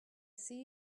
see